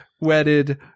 wedded